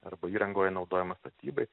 arba įrangoje naudojama statybai